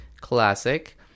Classic